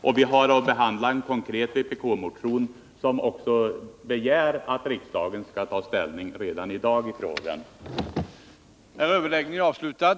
Och vi har nu att behandla en konkret vpk-motion, som också begär att riksdagen skall ta ställning i frågan redan i dag.